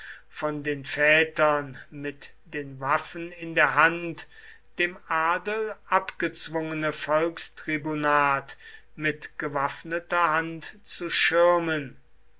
von den vätern mit den waffen in der hand dem adel abgezwungene volkstribunat mit gewaffneter hand zu schirmen